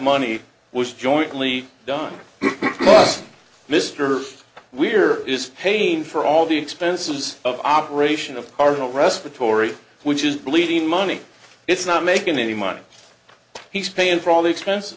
money was jointly done mr weir is paying for all the expenses of operation of cardinal respiratory which is bleeding money it's not making any money he's paying for all the expenses